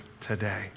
today